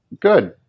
good